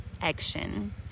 action